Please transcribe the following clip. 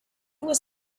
was